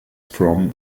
from